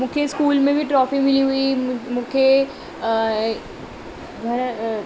मूंखे स्कूल में बि ट्रोफी मिली हुई म मूंखे घरु